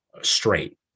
straight